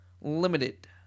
Limited